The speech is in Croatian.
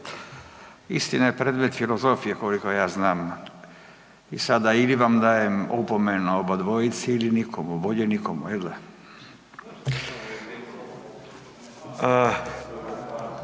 Istina je, predmet filozofije je koliko ja znam, i sada ili vam dajem opomenu oba dvojici ili nikomu, bolje nikomu, jel' da? Idemo dalje, g. Anđelko